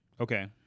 Okay